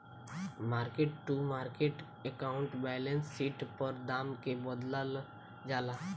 market to market accounting balance sheet पर दाम के बदलल जाला